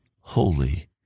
holy